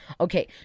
Okay